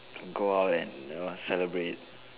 go out and what celebrate